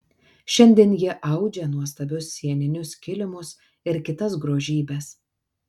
šiandien ji audžia nuostabius sieninius kilimus ir kitas grožybes